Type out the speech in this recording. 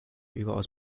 überaus